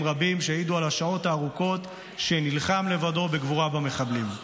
רבים שהעידו על השעות הארוכות שנלחם לבדו בגבורה במחבלים.